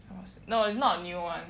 no it's not a new one